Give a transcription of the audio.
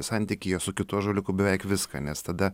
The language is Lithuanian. santykyje su kitu ąžuoliuku beveik viską nes tada